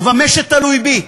ובמה שתלוי בי,